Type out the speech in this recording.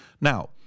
Now